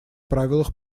правилах